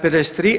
53.